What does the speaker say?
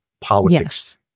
Politics